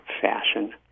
fashion